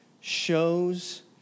shows